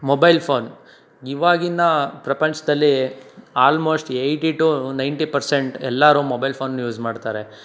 mobile phone ಈವಾಗಿನ ಪ್ರಪಂಚದಲ್ಲಿ almost eighty two ninety percent ಎಲ್ಲರೂ ಮೊಬೈಲ್ ಫೋನನ್ನು ಯೂಸ್ ಮಾಡ್ತಾರೆ